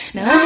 Now